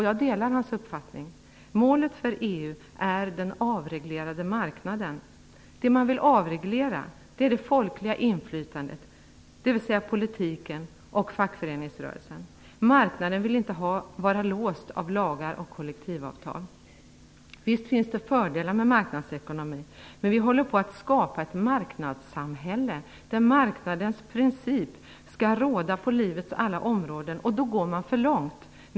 Jag delar hans uppfattning. Målet för EU är den avreglerade marknaden. Det man vill avreglera är det folkliga inflytandet, dvs. politiken och fackföreningsrörelsen. Marknaden vill inte vara låst av lagar och kollektivavtal. Visst finns det fördelar med marknadsekonomi, men vi håller på att skapa ett marknadssamhälle där marknadens princip skall råda på livets alla områden. Då går man för långt.